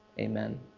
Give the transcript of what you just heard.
amen